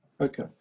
Okay